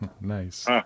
nice